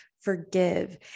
forgive